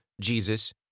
Jesus